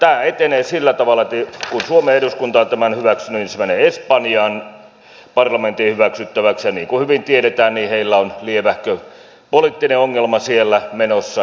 tämä etenee sillä tavalla että kun suomen eduskunta on tämän hyväksynyt niin se menee espanjan parlamentin hyväksyttäväksi ja niin kuin hyvin tiedetään heillä on lievähkö poliittinen ongelma siellä menossa